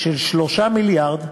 של 3 מיליארד,